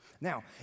Now